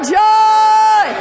joy